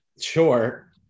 Sure